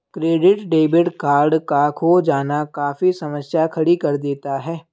credit debit card का खो जाना काफी समस्या खड़ी कर देता है